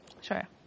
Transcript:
Sure